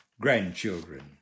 grandchildren